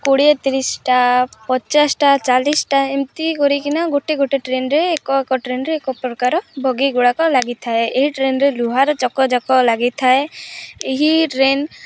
କୋଡ଼ିଏ ତିରିଶଟା ପଚାଶଟା ଚାଳିଶଟା ଏମିତି କରିକିନା ଗୋଟିଏ ଗୋଟିଏ ଟ୍ରେନ୍ରେ ଏକ ଏକ ଟ୍ରେନ୍ରେ ଏକ ପ୍ରକାର ବଗିଗୁଡ଼ାକ ଲାଗିଥାଏ ଏହି ଟ୍ରେନ୍ରେ ଲୁହାର ଚକ ଯାକ ଲାଗିଥାଏ ଏହି ଟ୍ରେନ୍